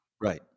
right